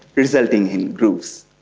resulting in grooves.